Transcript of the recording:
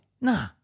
Nah